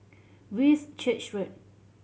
Whitchurch Road